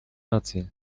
rację